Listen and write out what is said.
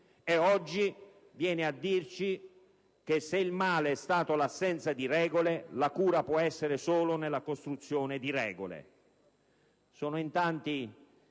e oggi viene a dirci che se il male è stata l'assenza di regole, la cura può essere solo nella costruzione di regole.